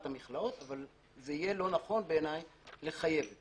המכלאות אבל זה יהיה לא נכון בעיניי לחייב.